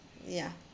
ya